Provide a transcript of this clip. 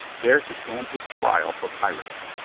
there to stand his trial for piracy.